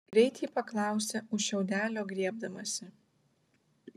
greit ji paklausė už šiaudelio griebdamasi